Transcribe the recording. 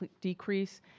decrease